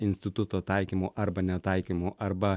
instituto taikymo arba netaikymo arba